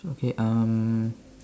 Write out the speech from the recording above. okay um